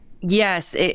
Yes